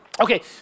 Okay